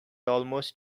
almost